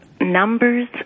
numbers